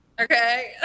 Okay